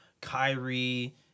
Kyrie